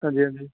हांजी हांजी